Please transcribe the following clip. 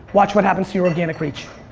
watch what happens your organic reach.